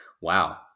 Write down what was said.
wow